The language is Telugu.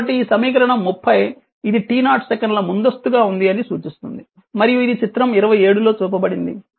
కాబట్టి ఈ సమీకరణం 30 ఇది t0 సెకన్ల ముందస్తుగా ఉంది అని సూచిస్తుంది మరియు ఇది చిత్రం 27 లో చూపబడింది